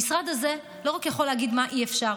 המשרד הזה לא רק יכול להגיד מה אי-אפשר,